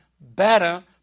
better